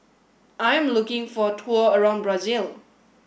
I'm looking for a tour around Brazil